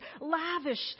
lavished